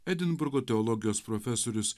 edinburgo teologijos profesorius